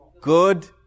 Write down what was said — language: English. good